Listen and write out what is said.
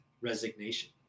Resignation